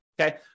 okay